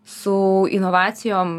su inovacijom